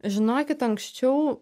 žinokit anksčiau